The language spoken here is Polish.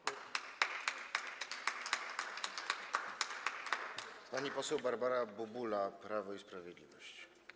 Pani poseł Barbara Bubula, Prawo i Sprawiedliwość.